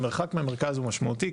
המרחק מהמרכז הוא משמעותי.